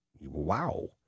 Wow